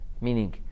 meaning